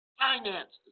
finances